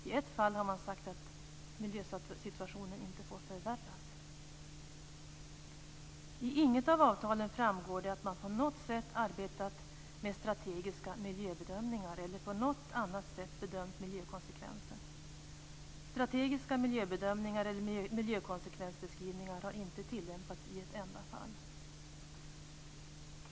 I ett fall har man sagt att miljösituationen inte får förvärras. I inget av avtalen framgår det att man på något sätt arbetat med strategiska miljöbedömningar eller på något annat sätt bedömt miljökonsekvenser. Strategiska miljöbedömningar eller miljökonsekvensbeskrivningar har inte tillämpats i ett enda fall.